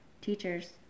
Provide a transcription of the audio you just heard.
teachers